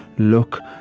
look.